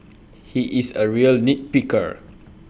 he is A real nit picker